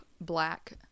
black